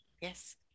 Yes